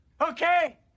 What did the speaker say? Okay